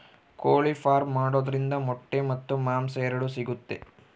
ಕೋಳಿ ಫಾರ್ಮ್ ಮಾಡೋದ್ರಿಂದ ಮೊಟ್ಟೆ ಮತ್ತು ಮಾಂಸ ಎರಡು ಸಿಗುತ್ತೆ